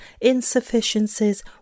insufficiencies